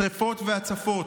שרפות והצפות.